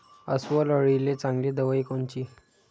अस्वल अळीले चांगली दवाई कोनची?